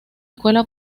escuela